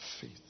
Faith